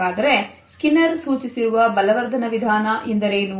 ಹಾಗಾದರೆ ಸ್ಕಿನ್ನರ್ ಸೂಚಿಸಿರುವ ಬಲವರ್ಧನ ವಿಧಾನ ಎಂದರೇನು